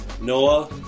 Noah